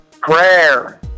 prayer